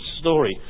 story